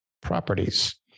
properties